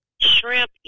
Shrimp